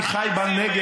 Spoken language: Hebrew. אני חי בנגב,